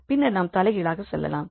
பின்னர் நாம் தலைகீழாக செல்லலாம்